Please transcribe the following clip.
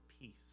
peace